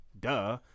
Duh